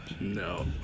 No